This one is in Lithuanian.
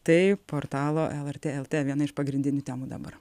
tai portalo lrt lt viena iš pagrindinių temų dabar